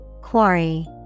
Quarry